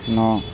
ন